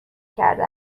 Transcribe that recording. کرده